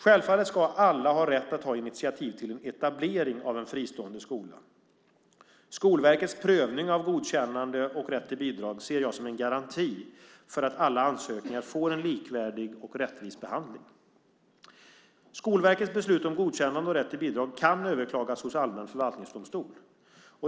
Självfallet ska alla ha rätt att ta initiativ till en etablering av en fristående skola. Skolverkets prövning av godkännande och rätt till bidrag ser jag som en garanti för att alla ansökningar får en likvärdig och rättvis behandling. Skolverkets beslut om godkännande och rätt till bidrag kan överklagas hos allmän förvaltningsdomstol.